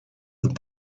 but